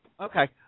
Okay